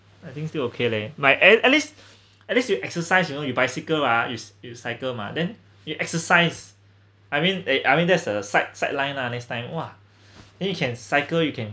I think still okay leh my a~ at least at least you exercise you know you bicycle ah is you cycle mah then you exercise I mean eh I mean there's a side~ sideline ah next time !wah! then you can cycle you can